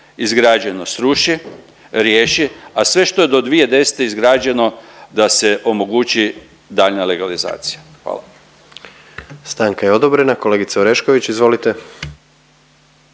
izgrađeno sruši, riješi, a sve što je do 2010. izrađeno, da se omogući daljnja legalizacija. Hvala.